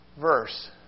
verse